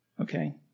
Okay